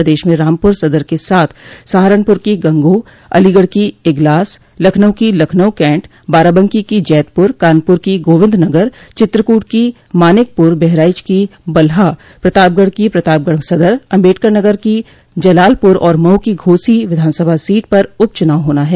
प्रदेश में रामपुर सदर के साथ सहारनपुर की गंगोह अलीगढ़ की इगलास लखनऊ की लखनऊ कैन्ट बाराबंकी की जैदपुर कानपुर की गोविन्द नगर चित्रकूट की मानिकपुर बहराइच की बलहा प्रतापगढ़ की प्रतापगढ़ सदर अम्बेडकर नगर की जलालपूर और मऊ की घोसी विधानसभा सीट पर उप चुनाव होना है